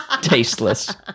tasteless